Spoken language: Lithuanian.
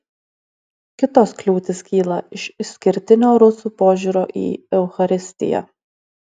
kitos kliūtis kyla iš išskirtinio rusų požiūrio į eucharistiją